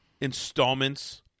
installments